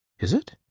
is it?